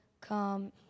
Come